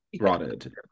rotted